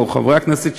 או חברי הכנסת,